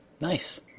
Nice